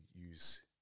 use